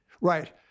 right